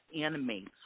animates